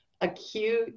acute